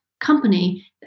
company